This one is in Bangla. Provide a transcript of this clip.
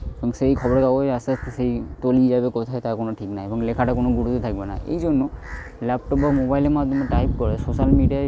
এবং সেই খবরের কাগজ আস্তে আস্তে সেই তলিয়ে যাবে কোথায় তার কোনো ঠিক নাই এবং লেখাটার কোনো গুরুত্বই থাকবে না এই জন্য ল্যাপটপ বা মোবাইলের মাধ্যমে টাইপ করে সোশ্যাল মিডিয়ায়